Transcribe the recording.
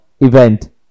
event